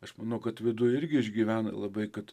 aš manau kad vidui irgi išgyvena labai kad